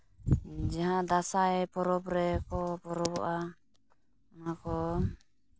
ᱡᱟᱦᱟᱸ ᱫᱟᱸᱥᱟᱭ ᱯᱚᱨᱚᱵᱽ ᱨᱮᱠᱚ ᱯᱚᱨᱚᱵᱚᱜᱼᱟ ᱚᱱᱟ ᱠᱚ